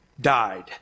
died